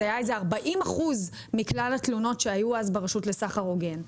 זה היה 40% מכלל התלונות שהיו אז ברשות לסחר הוגן.